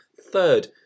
third